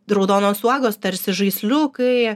raudonos uogos tarsi žaisliukai